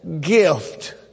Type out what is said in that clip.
gift